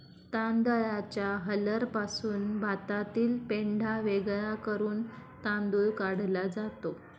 तांदळाच्या हलरपासून भातातील पेंढा वेगळा करून तांदूळ काढला जातो